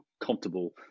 comfortable